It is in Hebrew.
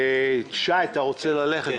שי, אתה רוצה ללכת.